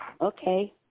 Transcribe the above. Okay